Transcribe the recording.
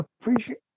appreciate